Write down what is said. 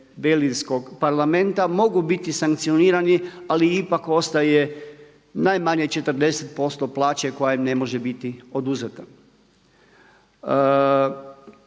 belgijskog Parlamenta mogu biti sankcionirani ali ipak ostaje najmanje 40% plaće koja im ne može biti oduzeta.